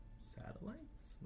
satellites